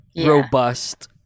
robust